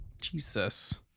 Jesus